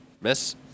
Miss